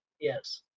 yes